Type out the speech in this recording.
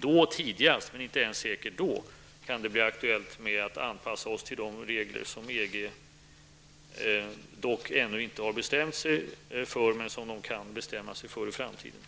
Då tidigast, men inte ens då säkert, kan det bli aktuellt att anpassa oss till de regler som EG dock ännu inte har bestämt sig för men kan komma att bestämma sig för i framtiden.